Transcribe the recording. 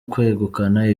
kwegukana